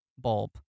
bulb